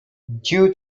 due